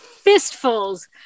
fistfuls